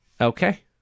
Okay